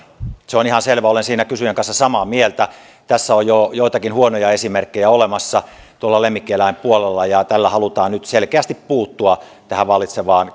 se on ihan selvä olen siinä kysyjän kanssa samaa mieltä tästä on jo joitakin huonoja esimerkkejä olemassa tuolla lemmikkieläinpuolella tällä halutaan nyt selkeästi puuttua tähän vallitsevaan